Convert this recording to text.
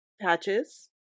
Patches